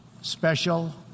special